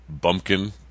bumpkin